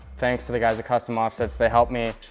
thanks to the guys at custom offsets. they helped me.